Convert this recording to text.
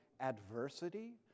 adversity